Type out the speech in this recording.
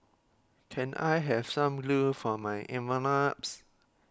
can I have some glue for my